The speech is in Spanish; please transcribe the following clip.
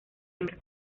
hembra